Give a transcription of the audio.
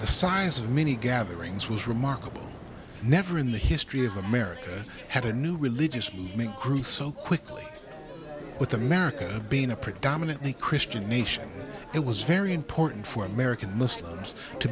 the signs of many gatherings with remarkable never in the history of america had a new religious movement grew so quickly with america being a predominantly christian nation it was very important for american muslims to